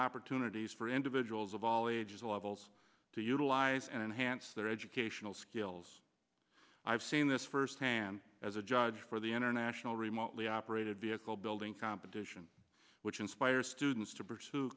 opportunities for individuals of all ages levels to utilize and enhance their educational skills i've seen this firsthand as a judge for the international remotely operated vehicle building competition which inspires students to pursue